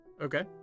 Okay